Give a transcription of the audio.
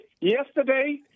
yesterday